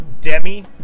Demi